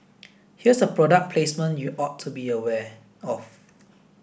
here's a product placement you ought to be aware of